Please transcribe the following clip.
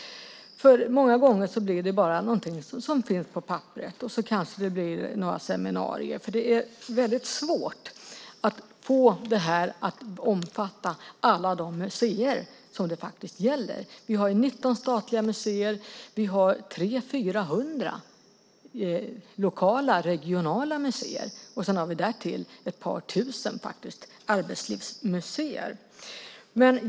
Många gånger blir det bara något som finns på papperet. Kanske blir det några seminarier. Det är svårt att få det att omfatta alla de museer det faktiskt gäller. Vi har 19 statliga museer och 300-400 lokala och regionala museer. Därtill har vi ett par tusen arbetslivsmuseer.